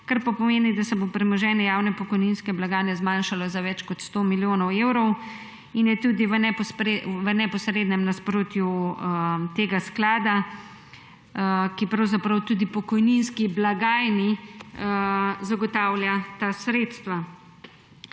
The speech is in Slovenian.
kar pa pomeni, da se bo premoženje javne pokojninske blagajne zmanjšala za več kot 100 milijonov evrov in je tudi v neposrednem nasprotju tega sklada, ki pravzaprav tudi pokojninski blagajni zagotavlja ta sredstva.